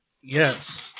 Yes